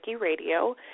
Radio